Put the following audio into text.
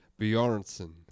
Bjornsson